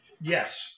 Yes